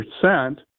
percent